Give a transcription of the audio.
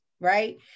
right